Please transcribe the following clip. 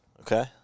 Okay